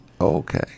Okay